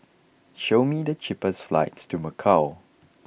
show me the cheapest flights to Macau